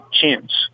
chance